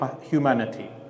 humanity